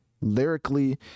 Lyrically